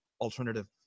alternative